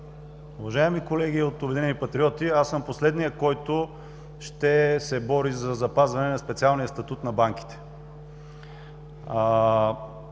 Уважаеми колеги от „Обединени патриоти“, аз съм последният, който ще се бори за запазване на специалния статут на банките.